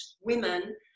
women